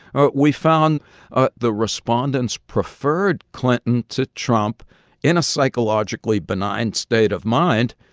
ah we found ah the respondents preferred clinton to trump in a psychologically benign state of mind,